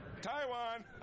Taiwan